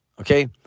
Okay